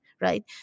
right